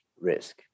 risk